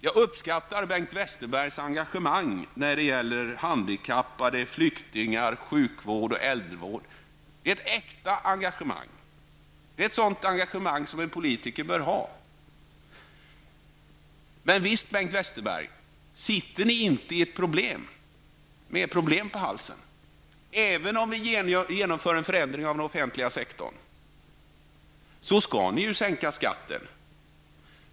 Jag uppskattar Bengt Westerbergs engagemang när det gäller handikappade, flyktingar, sjukvård och äldrevård. Det är ett äkta engagemang, och det är ett sådant engagemang som politiker bör ha. Men, Bengt Westerberg, sitter ni inte med ett problem på halsen? Även om ni genomför en förändring av den offentliga sektorn så skall ni ju sänka skatten.